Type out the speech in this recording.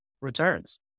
returns